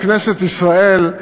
בכנסת ישראל,